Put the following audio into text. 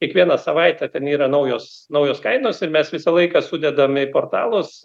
kiekvieną savaitę ten yra naujos naujos kainos ir mes visą laiką sudedam į portalus